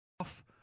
off